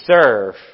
serve